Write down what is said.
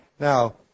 Now